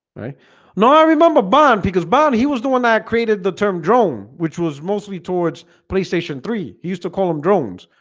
right now i remember bond because bond he was doing that created the term drone which was mostly towards playstation three he used to call them drones,